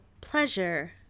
pleasure